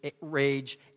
rage